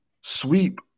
sweep